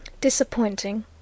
Disappointing